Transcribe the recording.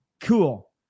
cool